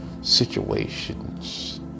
situations